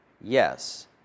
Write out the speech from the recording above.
yes